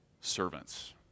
servants